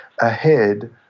ahead